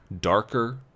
darker